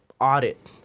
audit